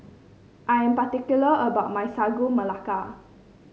I am particular about my Sagu Melaka